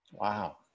wow